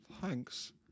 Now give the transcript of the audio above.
thanks